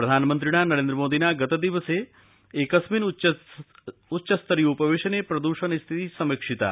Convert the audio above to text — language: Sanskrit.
प्रधानमन्त्रिणा नरेन्द्रमोदिना गतदिने एकस्मिन् उच्चस्तरीयोपवेशने प्रदूषण स्थितिः समीक्षिता